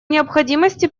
необходимости